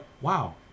wow